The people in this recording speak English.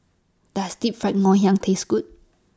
Does Deep Fried Ngoh Hiang Taste Good